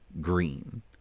Green